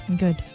good